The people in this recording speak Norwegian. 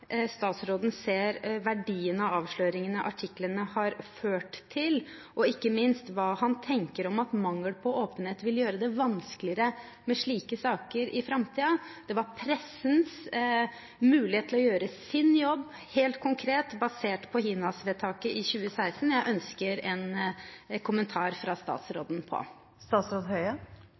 statsråden ser verdien av avsløringene artiklene har ført til, og ikke minst hva han tenker om at mangel på åpenhet vil gjøre det vanskeligere med slike saker i framtiden. Det var pressens mulighet til å gjøre sin jobb, helt konkret, basert på HINAS-vedtaket i 2016, jeg ønsket en kommentar fra statsråden på.